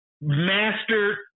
master